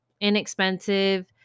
inexpensive